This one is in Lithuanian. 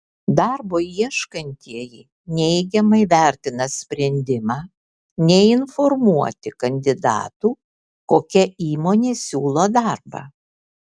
darbo ieškantieji neigiamai vertina sprendimą neinformuoti kandidatų kokia įmonė siūlo darbą